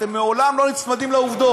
אתם לעולם לא נצמדים לעובדות.